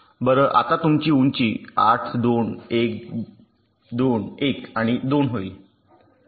तर आता तुमची उंची 8 2 1 2 1 आणि 2 होईल